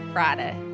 Friday